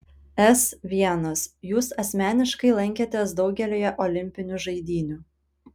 s l jūs asmeniškai lankėtės daugelyje olimpinių žaidynių